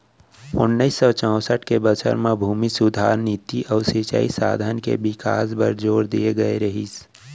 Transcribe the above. ओन्नाइस सौ चैंसठ के बछर म भूमि सुधार नीति अउ सिंचई साधन के बिकास बर जोर दिए गए रहिस